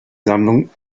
sammlung